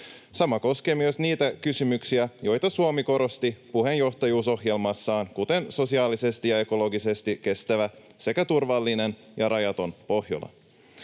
Sama koskee myös niitä kysymyksiä, joita Suomi korosti puheenjohtajuusohjelmassaan, kuten sosiaalisesti ja ekologisesti kestävää sekä turvallista ja rajatonta Pohjolaa.